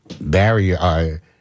barrier